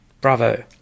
Bravo